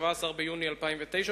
17 ביוני 2009,